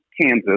Kansas